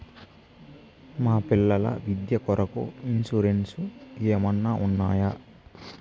మా పిల్లల విద్య కొరకు ఇన్సూరెన్సు ఏమన్నా ఉన్నాయా?